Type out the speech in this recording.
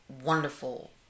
wonderful